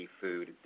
food